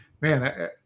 man